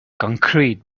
concrete